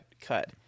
cut